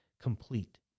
complete